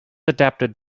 adapted